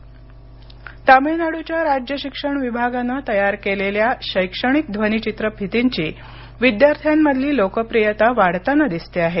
Tamil Nadu Covid तामिळनाडूच्या राज्य शिक्षण विभागानं तयार केलेल्या शैक्षणिक ध्वनीचित्रफिर्तीची विद्यार्थ्यांमधली लोकप्रियता वाढताना दिसते आहे